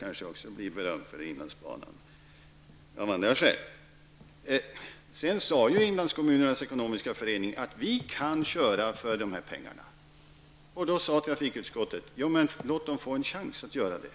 Också jag blir möjligen berömd för inlandsbanan, men av andra skäl. Förening att man kunde bedriva trafiken för dessa pengar, och då sade trafikutskottet: Låt dem få en chans att göra det.